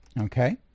Okay